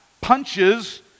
punches